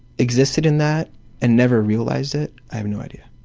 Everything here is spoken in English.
existed in that and never realized it, i have no idea.